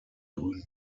grünen